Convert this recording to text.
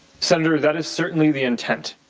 senator that is certainly the intent.